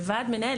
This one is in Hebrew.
ועד מנהל,